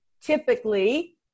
typically